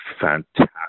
fantastic